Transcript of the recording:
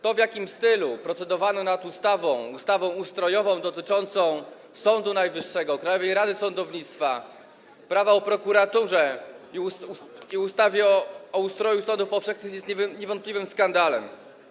To, w jakim stylu procedowano nad ustawą, ustawą ustrojową dotyczącą Sądu Najwyższego, Krajowej Rady Sądownictwa, ustawą Prawo o prokuraturze i ustawie o ustroju sądów powszechnych, jest niewątpliwym skandalem.